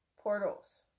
portals